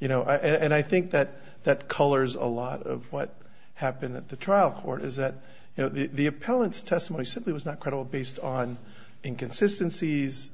you know and i think that that colors a lot of what happened at the trial court is that you know the appellant's testimony simply was not credible based on inconsistency these